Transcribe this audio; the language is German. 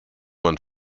man